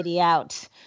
out